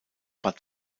bad